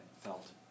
felt